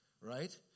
right